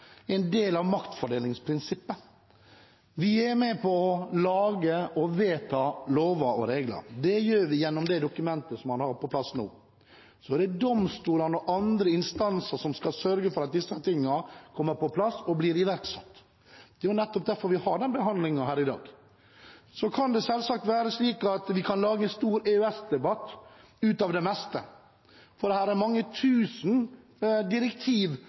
gjør vi gjennom det dokumentet vi har til behandling nå. Så er det domstolene og andre instanser som skal sørge for at dette kommer på plass og blir iverksatt. Det er nettopp derfor vi har denne behandlingen her i dag. Det er selvsagt slik at vi kan lage en stor EØS-debatt av det meste, for det er mange tusen direktiv